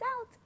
out